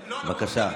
בבקשה.